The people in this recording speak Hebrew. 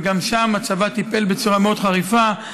וגם שם הצבא טיפל בזה בצורה מאוד חריפה.